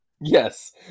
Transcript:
Yes